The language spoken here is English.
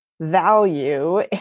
value